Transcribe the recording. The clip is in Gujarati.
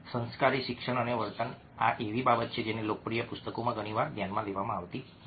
સંસ્કારી શિક્ષણ અને વર્તન આ એવી બાબતો છે જેને લોકપ્રિય પુસ્તકોમાં ઘણી વાર ધ્યાનમાં લેવામાં આવતી નથી